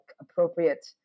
appropriate